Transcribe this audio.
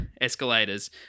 escalators